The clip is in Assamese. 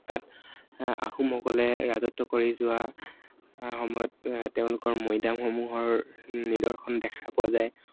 তাত আহোমসকলে ৰাজত্ব কৰি যোৱা সময়ত তেওঁলোকৰ মৈদামসমূহৰ নিদৰ্শন দেখা পোৱা যায়